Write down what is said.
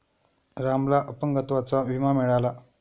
रामला अपंगत्वाचा विमा मिळाला